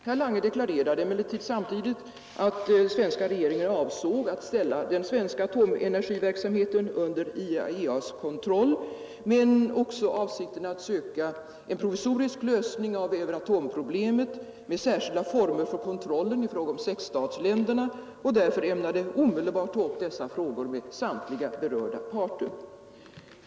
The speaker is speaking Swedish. Herr Lange deklarerade emellertid samtidigt att svenska regeringen avsåg att ställa den svenska atomenergiverksamheten under IAEA:s kontroll men också avsåg att söka en provisorisk lösning av Euratomproblemet med särskilda former för kontrollen i fråga om sexstatsländerna och därför ämnade omedelbart ta upp dessa frågor med samtliga berörda parter.